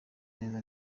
naza